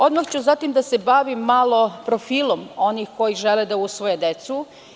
Odmah ću zatim da se bavim malo profilom onih koji žele da usvoje decu.